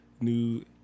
new